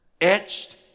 etched